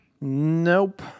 Nope